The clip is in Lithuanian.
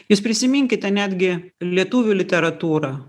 jūs prisiminkite netgi lietuvių literatūrą